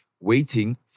waiting